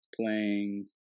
playing